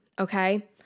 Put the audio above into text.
okay